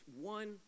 one